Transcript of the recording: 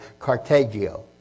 cartagio